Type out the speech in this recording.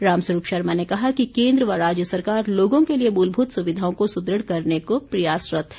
राम स्वरूप शर्मा ने कहा कि केन्द्र व राज्य सरकार लोगों के लिए मूलभूत सुविधाओं को सुदृढ़ करने को प्रयासरत है